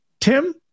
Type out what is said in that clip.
Tim